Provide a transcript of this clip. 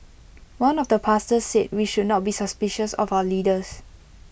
one of the pastors said we should not be suspicious of our leaders